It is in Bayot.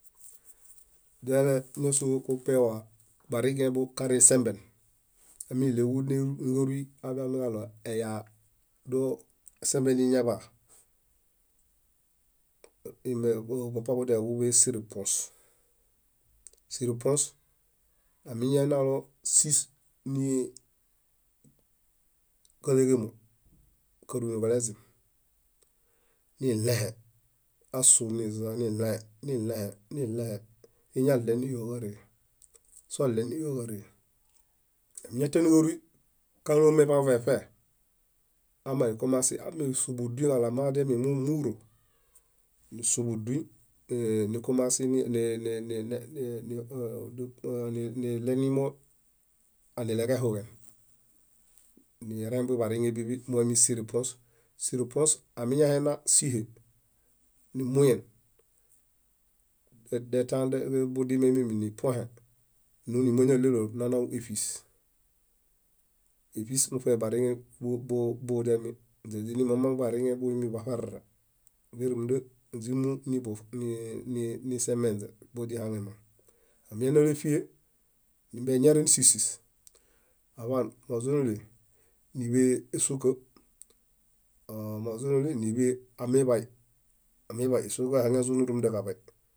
diale ñáso kupiwa bariŋe karin semben, ámiɭeġu níġarui afiamikalo eyaa dóo sembeni iñaḃaa, kupapawa kudiale ġúḃe síripuõs. Síripuõs, amiñanalo sís níġaleġamo, kárui niġulezim, niɭẽhe. Amiñasũ niza niɭẽhe. iñaɭe niyokáree, soɭeniyo káree, amiñatian níġarui kálomeḃan veṗee, amisũbuduñ kalo miarami múwuro, nisũ buduñ, niɭeġehuyen nireŋ biḃariŋe bíḃi boimi síripuos. Síripuos amiñana síhe, nimuyen, budime mimi nipuohe; nuni mañaɭélo nanau éṗis. éṗis muṗe bariŋe ḃan nileḃuna ímiebudiami. Zinimamaŋ bariŋe buperere borumunda źimunisembenze aminamieṗie nimbie niñare nísisis aḃan muzunili nila ésuka mozunili níḃe ésukaeɦaŋezuni rumundaġaḃai